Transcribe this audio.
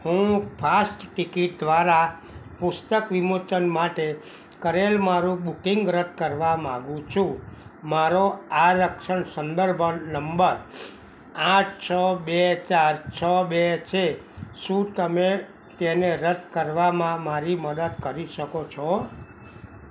હું fast ticket દ્વારા પુસ્તક વિમોચન માટે કરેલ મારું બુકિંગ રદ કરવા માગું છું મારો આરક્ષણ સંદર્ભ નંબર આઠ છ બે ચાર છ બે છે શું તમે તેને રદ કરવામાં મારી મદદ કરી શકો છો